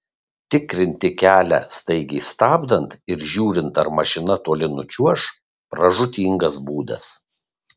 tikrinti kelią staigiai stabdant ir žiūrint ar mašina toli nučiuoš pražūtingas būdas